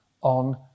on